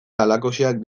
halakoxeak